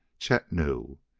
chet knew.